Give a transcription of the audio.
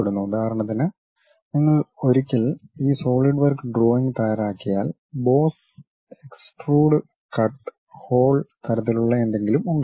ഉദാഹരണത്തിന് നിങ്ങൾ ഒരിക്കൽ ഈ സോളിഡ് വർക്ക് ഡ്രോയിംഗ് തയ്യാറാക്കിയാൽ ബോസ് എക്സ്ട്രൂഡ് കട്ട് ഹോൾ തരത്തിലുള്ള എന്തെങ്കിലും ഉണ്ടാകും